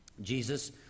Jesus